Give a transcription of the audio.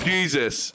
Jesus